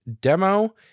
Demo